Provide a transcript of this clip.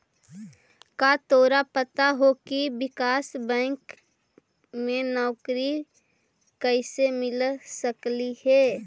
का तोरा पता हो की विकास बैंक में नौकरी कइसे मिल सकलई हे?